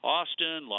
Austin